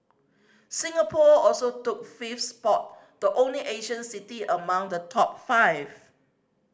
Singapore also took fifth spot the only Asian city among the top five